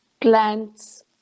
plants